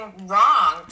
wrong